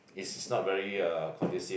it's is not very uh conducive